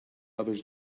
others